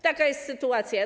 Taka jest sytuacja.